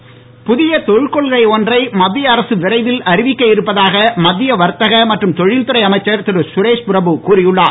கொள்கை புதிய தொழில் கொள்கை ஒன்றை மத்திய அரசு விரைவில் அறிவிக்க இருப்பதாக மத்திய வர்த்தக மற்றும் தொழில் துறை அமைச்சர் திரு சுரேஷ்பிரபு கூறி உள்ளார்